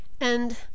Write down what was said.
and